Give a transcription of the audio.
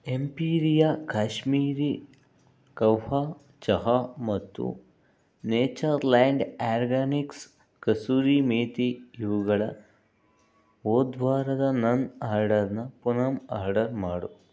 Empiria Kashmiri kahwa ಚಹಾ ಮತ್ತು nature land organics kasuri methi ಇವುಗಳ ಹೋದವಾರದ ನನ್ನ ಆರ್ಡರ್ನ ಪುನಃ ಆರ್ಡರ್ ಮಾಡು